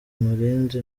umurindi